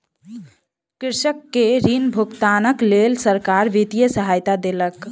कृषक के ऋण भुगतानक लेल सरकार वित्तीय सहायता देलक